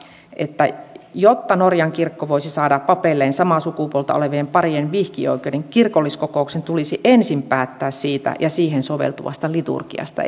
että jotta norjan kirkko voisi saada papeilleen samaa sukupuolta olevien parien vihkioikeuden kirkolliskokouksen tulisi ensin päättää siitä ja siihen soveltuvasta liturgiasta